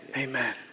Amen